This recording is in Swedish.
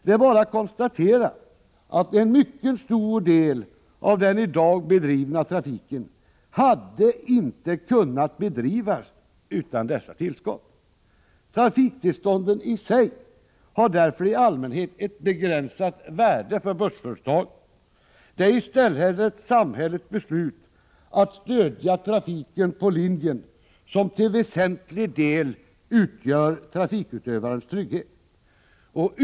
Det är bara att konstatera att en mycket stor del av den i dag bedrivna trafiken inte hade kunnat bedrivas utan dessa underskottsbidrag. Trafiktillstånden i sig har därför i allmänhet ett begränsat värde för bussföretag. Det är i stället samhällets beslut att stödja trafik på en linje som till väsentlig del utgör trafikutövarnas trygghet.